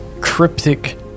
cryptic